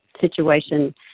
situation